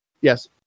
yes